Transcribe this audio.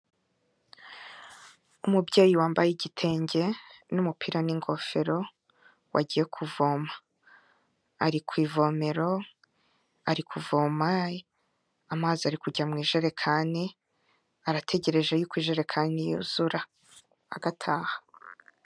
Umubyeyi wambaye igitenge n'umupira n'ingofero wagiye kuvoma, ari ku ivomero ari kuvoma amazi ari kujya mu ijerekani, arategereje yuko ijerekani yuzura agataha.